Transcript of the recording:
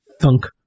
thunk